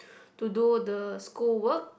to do the school work